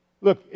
Look